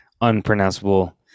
unpronounceable